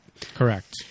Correct